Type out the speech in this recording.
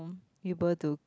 able to